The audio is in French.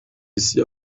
ici